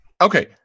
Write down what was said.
Okay